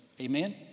Amen